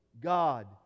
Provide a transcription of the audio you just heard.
God